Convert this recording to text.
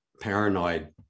paranoid